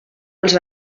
els